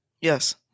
Yes